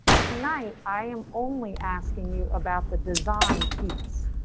tonight i am only asking you about the design piece.